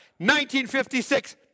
1956